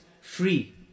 free